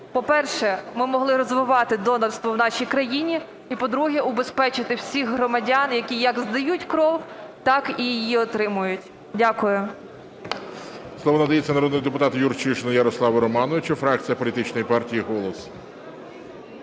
по-перше, ми могли розвивати донорство в нашій країні. І, по-друге, убезпечити всіх громадян, які як здають кров, так і її отримують. Дякую.